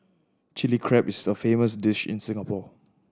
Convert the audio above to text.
Chilli Crab is a famous dish in Singapore